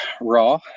Raw